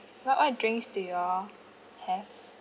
what what drinks do you all have